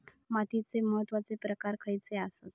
मातीचे महत्वाचे प्रकार खयचे आसत?